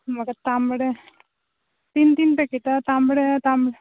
म्हाका तांबडे तीन तीन पॅकेटां तांबडे तामड्